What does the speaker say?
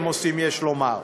יש לומר.